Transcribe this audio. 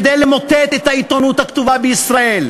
כדי למוטט את העיתונות הכתובה בישראל.